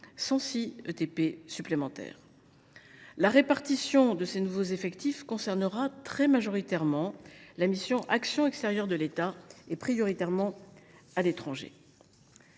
déjà obtenus en 2023. La répartition de ces nouveaux effectifs concernera très majoritairement la mission « Action extérieure de l’État », prioritairement à l’étranger.